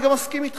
אני גם מסכים אתך,